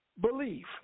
believe